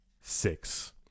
six